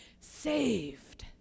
saved